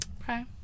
Okay